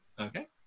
Okay